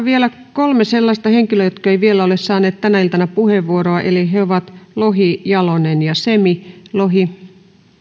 vielä kolme sellaista henkilöä jotka eivät vielä ole saaneet tänä iltana puheenvuoroa eli he ovat lohi jalonen ja semi